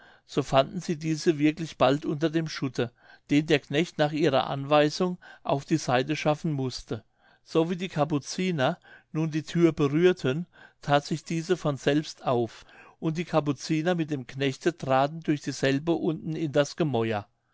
so fanden sie diese wirklich bald unter dem schutte den der knecht nach ihrer anweisung auf die seite schaffen mußte so wie die kapuziner nun die thür berührten that sich diese von selbst auf und die kapuziner mit dem knechte traten durch dieselbe unten in das gemäuer